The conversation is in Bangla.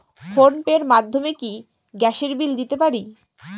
ফোন পে র মাধ্যমে কি গ্যাসের বিল দিতে পারি?